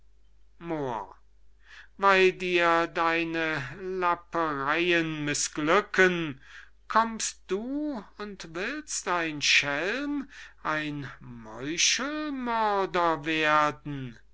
dir deine lappereyen mißglücken kommst du und willst ein schelm ein meuchelmörder werden